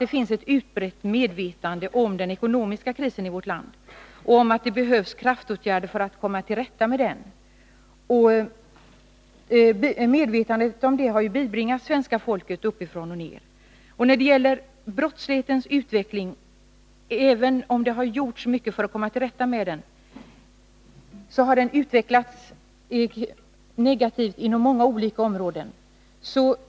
Det finns ett utbrett medvetande om den ekonomiska krisen i vårt land och om att det behövs kraftåtgärder för att komma till rätta med den. Detta medvetande har bibringats svenska folket uppifrån och ner. Även om det har gjorts mycket för att komma till rätta med brottsligheten, har den utvecklats negativt inom många olika områden.